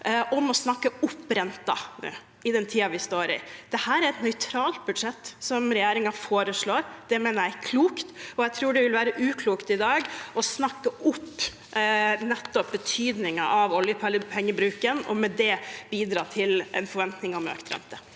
mot å snakke opp renten nå, i den tiden vi står i. Det er et nøytralt budsjett regjeringen foreslår. Det mener jeg er klokt, og jeg tror det vil være uklokt i dag å snakke opp nettopp betydningen av oljepengebruken og med det bidra til en forventning om økt rente.